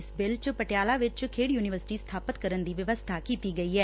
ਇਸ ਬਿੱਲ ਵਿਚ ਪਟਿਆਲਾ ਵਿਚ ਖੇਡ ਯੁਨੀਵਰਸਿਟੀ ਸਬਾਪਤ ਕਰਨ ਦੀ ਵਿਵਸਬਾ ਕੀਤੀ ਗਈ ਏ